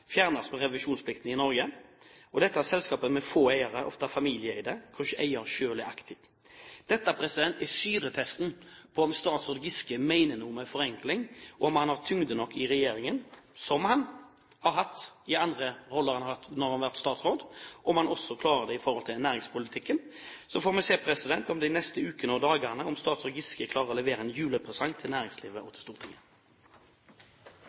fjernes fra revisjonsplikten i Norge. Dette er selskaper med få eiere, ofte familieeide selskaper hvor eier selv er aktiv. Dette er syretesten på om statsråd Giske mener noe med forenkling, og om han har tyngde nok i regjeringen slik han har hatt i andre roller når han har vært statsråd, og om han også klarer det i forhold til næringspolitikken. Så får vi se de neste ukene og dagene om statsråd Giske klarer å levere en julepresang til næringslivet og